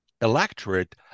electorate